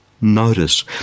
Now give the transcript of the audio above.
notice